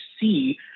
see